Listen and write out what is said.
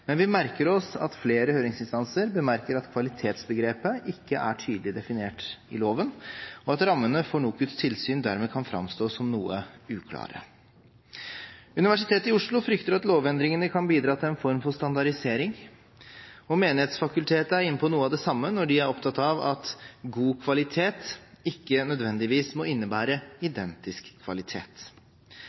men vi merker oss at flere høringsinstanser bemerker at kvalitetsbegrepet ikke er tydelig definert i loven, og at rammene for NOKUTs tilsyn dermed kan framstå som noe uklare. Universitetet i Oslo frykter at lovendringene kan bidra til en form for standardisering. Menighetsfakultetet er inne på noe av det samme når de er opptatt av at god kvalitet ikke nødvendigvis må innebære identisk kvalitet.